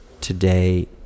today